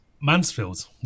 Mansfield